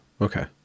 okay